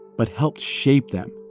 but helped shape them.